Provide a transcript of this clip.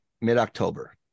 mid-october